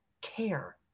care